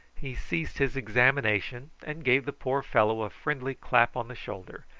he ceased his examination and gave the poor fellow a friendly clap on the shoulder,